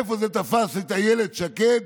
איפה זה תפס את אילת שקד,